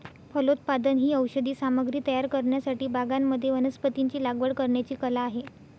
फलोत्पादन ही औषधी सामग्री तयार करण्यासाठी बागांमध्ये वनस्पतींची लागवड करण्याची कला आहे